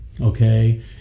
Okay